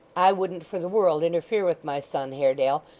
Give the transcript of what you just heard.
i wouldn't for the world interfere with my son, haredale,